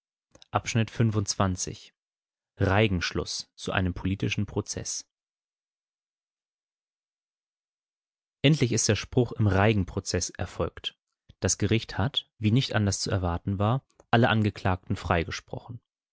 reigen-schluß zu einem politischen prozeß endlich ist der spruch im reigen prozeß erfolgt das gericht hat wie nicht anders zu erwarten war alle angeklagten freigesprochen